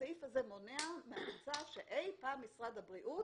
הסעיף הזה מונע מהמצב שאי פעם משרד הבריאות